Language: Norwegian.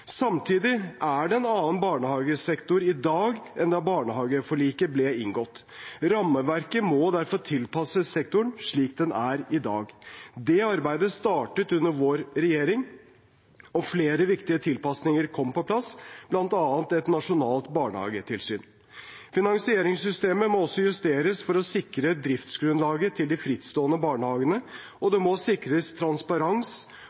Samtidig er det en annen barnehagesektor i dag enn da barnehageforliket ble inngått. Rammeverket må derfor tilpasses sektoren slik den er i dag. Det arbeidet startet under vår regjering. Flere viktige tilpassinger kom på plass, bl.a. et nasjonalt barnehagetilsyn. Finansieringssystemet må også justeres for å sikre driftsgrunnlaget til de frittstående barnehagene, og